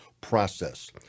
process